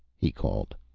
he called.